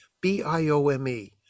B-I-O-M-E